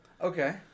Okay